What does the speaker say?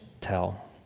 tell